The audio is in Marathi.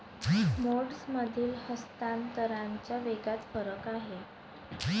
मोड्समधील हस्तांतरणाच्या वेगात फरक आहे